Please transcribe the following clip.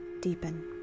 deepen